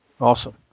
Awesome